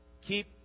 Keep